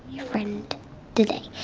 your friend today.